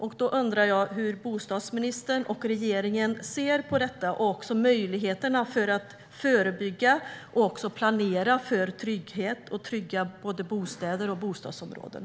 Jag undrar hur bostadsministern och regeringen ser på detta och också på möjligheterna att förebygga och planera för trygghet och både trygga bostäder och bostadsområden.